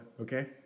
okay